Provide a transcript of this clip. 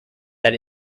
that